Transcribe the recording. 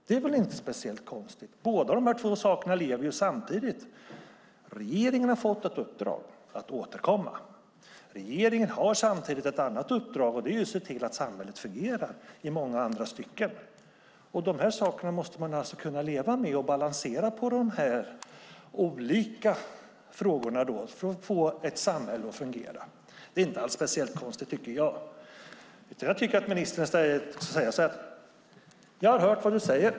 Det är väl inte speciellt konstigt. Båda de här sakerna lever samtidigt. Regeringen har fått ett uppdrag att återkomma. Regeringen har samtidigt ett annat uppdrag, och det är att se till att samhället fungerar i många andra stycken. De här sakerna måste man kunna leva med och balansera för att få ett samhälle att fungera. Det är inte speciellt konstigt, tycker jag. Jag tycker att ministern i stället ska säga så här: Jag har hört vad du säger.